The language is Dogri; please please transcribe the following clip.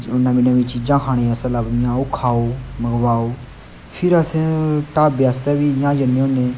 नमीं नमीं चीजां खाने आस्तै लभदियां ओह् खाओ मंगवाओ फिर असें ढाबे आस्तै बी इ'यां जन्ने होन्ने